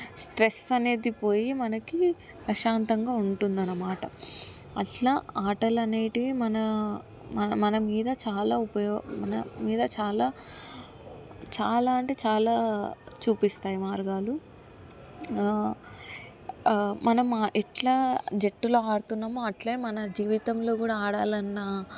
stress అనేది పోయి మనకి ప్రశాంతంగా ఉంటుంది అనమాట అట్టా ఆటలు అనేటివి మన మన మీద చాలా ఉపయో మన మీద చాలా చాలా అంటే చాలా చూపిస్తాయి మార్గాలు మనం ఎట్లా జట్టులో ఆడుతున్నాము అట్లే మన జీవితంలో కూడా ఆడాలన్న